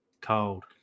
Cold